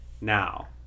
Now